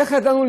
איך ידענו,